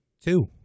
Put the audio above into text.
Two